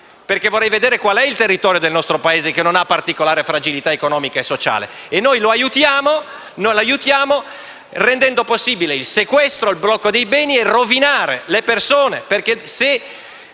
Vorrei infatti sapere quale territorio del nostro Paese non presenti particolari fragilità economiche e sociali. E noi lo aiutiamo rendendo possibile il sequestro e il blocco dei beni e rovinando le persone.